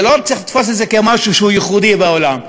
לא צריך לתפוס את זה כמשהו ייחודי בעולם.